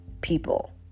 people